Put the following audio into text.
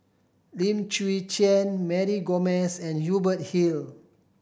Lim Chwee Chian Mary Gomes and Hubert Hill